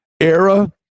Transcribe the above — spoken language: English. era